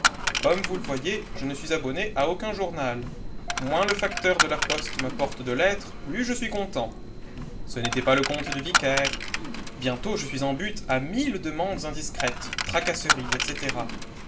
comme vous le voyez je ne suis abonné à aucun journal moins le facteur de la poste m'apporte de lettres plus je suis content ce n'était pas le compte du vicaire bientôt je suis en butte à mille demandes indiscrètes tracasseries etc